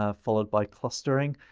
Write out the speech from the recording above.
ah followed by clustering.